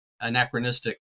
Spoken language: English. anachronistic